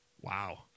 Wow